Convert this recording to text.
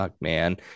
man